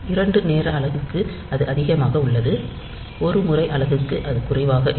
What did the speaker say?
இரண்டு நேர அலகுக்கு அது அதிகமாக உள்ளது ஒரு முறை அலகுக்கு அது குறைவாக இருக்கும்